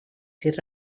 sis